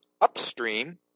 upstream